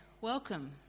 Welcome